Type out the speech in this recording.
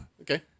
Okay